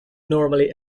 normally